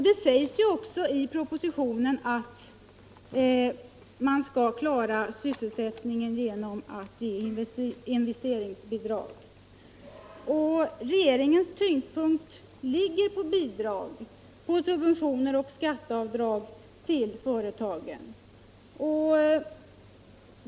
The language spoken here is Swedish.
Det står också i propositionen att man skall klara sysselsättningen genom att ge investeringsbidrag. Propositionens tyngdpunkt ligger på bidrag, på subventioner och skatteavdrag till företagen.